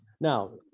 Now